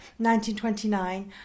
1929